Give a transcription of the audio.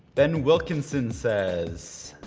ben wilkinson says,